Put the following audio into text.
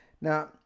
Now